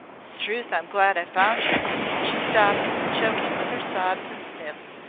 strewth! i m glad i've found yer and she stopped, choking with her sobs and sniffs,